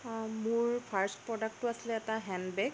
অঁ মোৰ ফাৰ্ষ্ট প্ৰডাক্টটো আছিলে এটা হেণ্ডবেগ